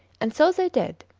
and so they did.